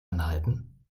anhalten